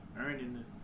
earning